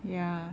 ya